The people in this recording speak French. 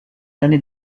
années